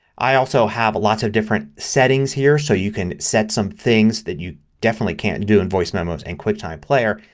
i also have lots of different settings here. so you can set some things that you definitely can't do in voice memos and quicktime player,